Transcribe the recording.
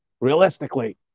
realistically